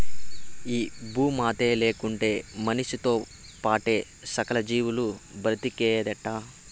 ఈ భూమాతే లేకుంటే మనిసితో పాటే సకల జీవాలు బ్రతికేదెట్టా